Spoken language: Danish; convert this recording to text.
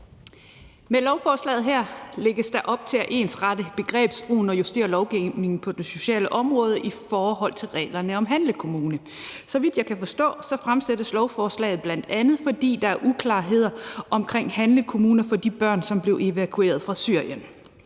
Med lovforslaget her lægges der op til at ensrette begrebsbrugen og at justere lovgivningen på det sociale område i forhold til reglerne om handlekommuner. Så vidt jeg kan forstå, fremsættes lovforslaget, bl.a. fordi der er uklarheder omkring handlekommuner for de børn, som blev evakueret fra Syrien.